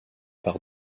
par